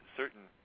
certain